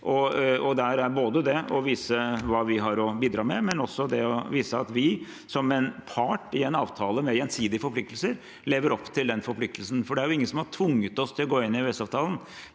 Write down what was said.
handler det om å vise hva vi har å bidra med, og å vise at vi som en part i en avtale med gjensidige forpliktelser lever opp til den forpliktelsen, for det er ingen som har tvunget oss til å gå inn i EØS-avtalen.